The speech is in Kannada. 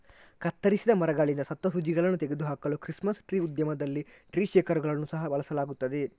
ಕತ್ತರಿಸಿದ ಮರಗಳಿಂದ ಸತ್ತ ಸೂಜಿಗಳನ್ನು ತೆಗೆದು ಹಾಕಲು ಕ್ರಿಸ್ಮಸ್ ಟ್ರೀ ಉದ್ಯಮದಲ್ಲಿ ಟ್ರೀ ಶೇಕರುಗಳನ್ನು ಸಹ ಬಳಸಲಾಗುತ್ತದೆ